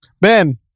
Ben